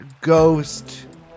ghost